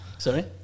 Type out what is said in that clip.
Sorry